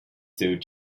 sold